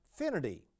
finity